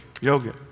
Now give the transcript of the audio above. Yoga